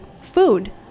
food